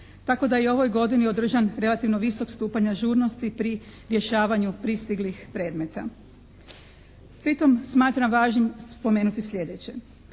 tako da je i u ovoj godini održan relativno visok stupanj ažurnosti pri rješavanju pristiglih predmeta. Pritom smatram važnim spomenuti sljedeće.